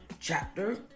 chapter